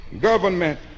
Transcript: government